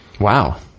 Wow